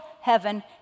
heaven